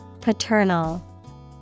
Paternal